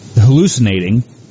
hallucinating